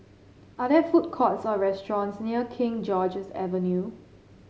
are there food courts or restaurants near King George's Avenue